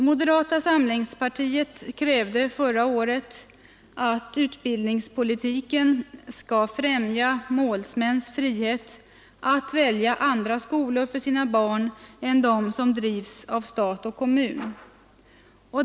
Moderata samlingspartiet krävde förra året att utbildningspolitiken skall främja målsmäns frihet att välja andra skolor för sina barn än dem som drivs av stat och kommun.